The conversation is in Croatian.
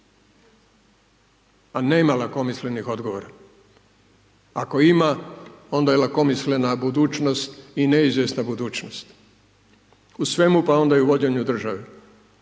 A nema lakomislenih odgovora, ako ima onda je lakomislena budućnost i neizvjesna budućnost, u svemu, pa onda i u vođenju države,